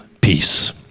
peace